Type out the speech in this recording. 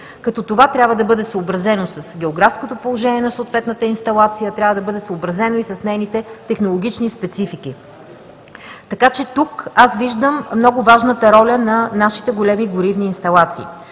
Това трябва да бъде съобразено с географското положение на съответната инсталация, трябва да бъде съобразено и с нейните технологични специфики. Тук виждам важната роля на нашите големи горивни инсталации.